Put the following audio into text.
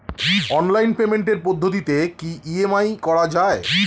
Online পেমেন্টের পদ্ধতিতে কি ই.এম.আই করা যায়?